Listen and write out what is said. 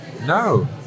No